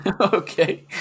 Okay